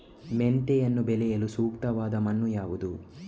ಮೆಂತೆಯನ್ನು ಬೆಳೆಯಲು ಸೂಕ್ತವಾದ ಮಣ್ಣು ಯಾವುದು?